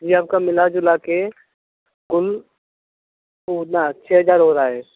ये आपका मिला जुला के कुल सोलह छ हज़ार हो रहा है